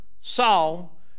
Saul